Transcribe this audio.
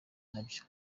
nabyo